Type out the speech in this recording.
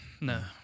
No